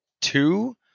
two